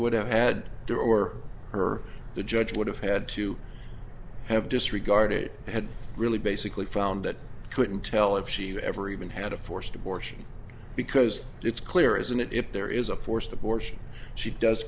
would have had her or her the judge would have had to have disregarded had really basically found that couldn't tell if she ever even had a forced abortion because it's clear isn't it if there is a forced abortion she does